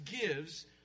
gives